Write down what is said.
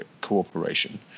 cooperation